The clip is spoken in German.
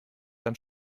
dann